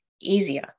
easier